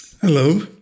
Hello